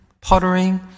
pottering